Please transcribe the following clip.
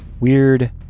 weird